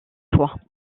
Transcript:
fois